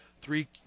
Three